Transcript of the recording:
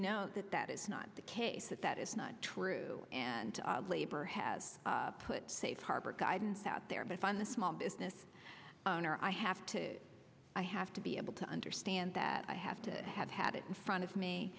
know that that is not the case that that is not true and labor has put safe harbor guidance out there but find the small business owner i have to i have to be able to understand that i have to have had it in front of me